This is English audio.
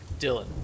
Dylan